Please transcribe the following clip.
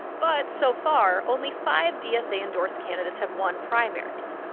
but so far, only five dsa-endorsed candidates have won primaries.